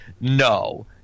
no